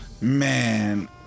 Man